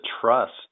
trust